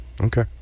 Okay